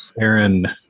Aaron